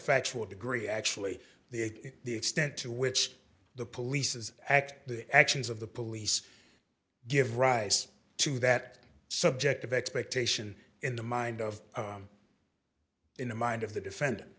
factual degree actually the the extent to which the police's act the actions of the police give rise to that subjective expectation in the mind of in the mind of the defendant